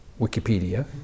Wikipedia